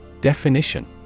Definition